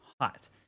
hot